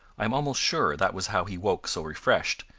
i am almost sure that was how he woke so refreshed,